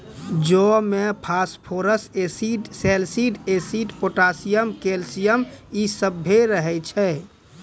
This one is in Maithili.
जौ मे फास्फोरस एसिड, सैलसिड एसिड, पोटाशियम, कैल्शियम इ सभ रहै छै